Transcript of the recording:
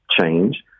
change